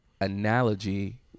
analogy